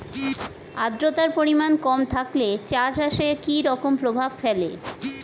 আদ্রতার পরিমাণ কম থাকলে চা চাষে কি রকম প্রভাব ফেলে?